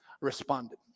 responded